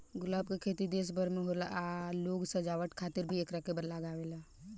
गुलाब के खेती देश भर में होला आ लोग सजावट खातिर भी एकरा के लागावेले